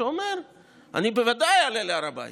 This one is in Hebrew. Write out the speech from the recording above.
שאומר: אני בוודאי אעלה להר הבית,